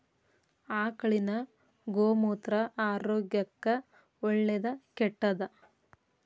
ಆಕಳಿನ ಗೋಮೂತ್ರ ಆರೋಗ್ಯಕ್ಕ ಒಳ್ಳೆದಾ ಕೆಟ್ಟದಾ?